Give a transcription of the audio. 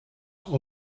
old